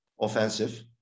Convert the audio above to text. Offensive